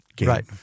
right